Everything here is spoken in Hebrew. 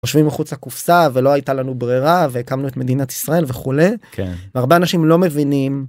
חושבים מחוץ לקופסה ולא הייתה לנו ברירה והקמנו את מדינת ישראל וכולי, והרבה אנשים לא מבינים.